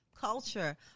culture